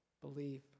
believe